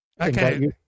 Okay